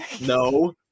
No